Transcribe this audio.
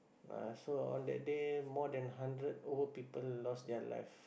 ah so on that day more than hundred over people lost their life